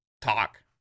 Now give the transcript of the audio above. talk